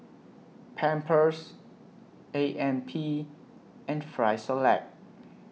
Pampers A M P and Frisolac